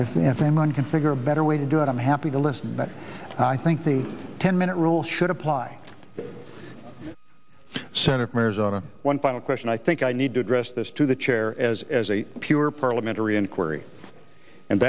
m one can figure a better way to do it i'm happy to listen but i think the ten minute rule should apply senator from arizona one final question i think i need to address this to the chair as as a pure parliamentary inquiry and